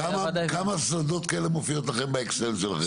כמה שדות כאלה מופיעים לכם באקסל שלכם?